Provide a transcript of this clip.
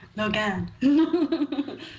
Logan